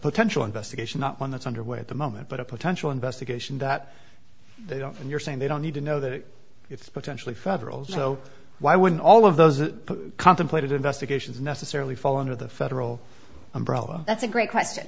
potential investigation not one that's underway at the moment but a potential investigation that they don't and you're saying they don't need to know that it's potentially federal so why wouldn't all of those the contemplated investigations necessarily fall under the federal umbrella that's a great question